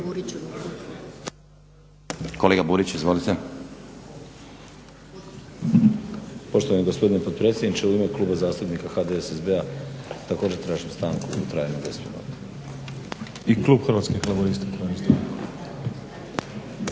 Kolega Buriću izvolite.